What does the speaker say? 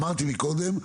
אמרתי מקודם,